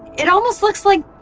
it almost looks like.